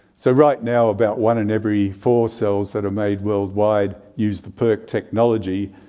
so right now, about one in every four cells that are made worldwide use the perc technology,